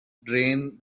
drain